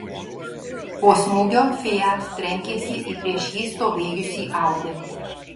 po smūgio fiat trenkėsi į prieš jį stovėjusį audi